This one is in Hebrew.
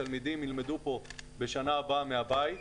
תלמידים בשנה הבאה ילמדו כאן מהבית,